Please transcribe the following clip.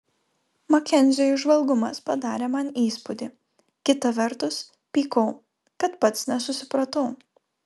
makenzio įžvalgumas padarė man įspūdį kita vertus pykau kad pats nesusipratau